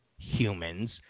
humans